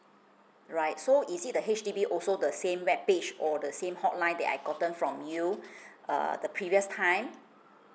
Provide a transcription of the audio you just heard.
right so is it the H_D_B also the same web page or the same hotline that I've gotten from you err the previous time